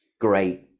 great